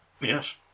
Yes